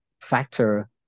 factor